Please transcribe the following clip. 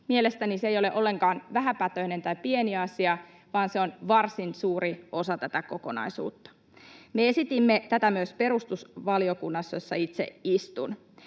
Mielestäni se ei ole ollenkaan vähäpätöinen tai pieni asia, vaan se on varsin suuri osa tätä kokonaisuutta. Me esitimme tätä myös perustusvaliokunnassa, jossa itse istun.